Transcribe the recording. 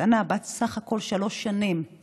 קטנה בת שלוש שנים בסך הכול.